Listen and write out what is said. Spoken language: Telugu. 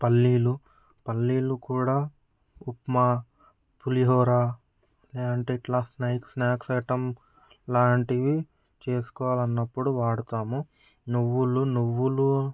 పల్లీలు పల్లీలు కూడా ఉప్మా పులిహోర లేదంటే ఇట్లా స్నాక్స్ స్నాక్స్ ఐటెం ఇలాంటివి చేసుకోవాలి అన్నప్పుడు వాడుతాము నువ్వులు నువ్వులు